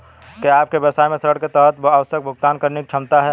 क्या आपके व्यवसाय में ऋण के तहत आवश्यक भुगतान करने की क्षमता है?